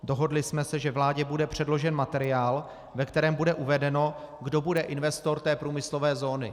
Dohodli jsme se, že vládě bude předložen materiál, ve kterém bude uvedeno, kdo bude investor té průmyslové zóny.